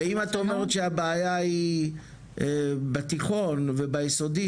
ואם את אומרת שהבעיה היא בתיכון וביסודי,